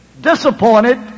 disappointed